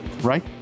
right